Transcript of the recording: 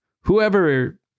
Whoever